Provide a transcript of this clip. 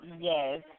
Yes